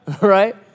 right